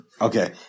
Okay